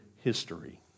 history